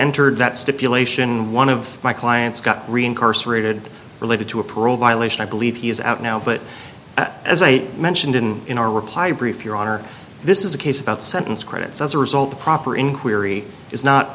entered that stipulation one of my clients got re incarcerated related to a parole violation i believe he is out now but as i mentioned in in our reply brief your honor this is a case about sentence credits as a result the proper inquiry is not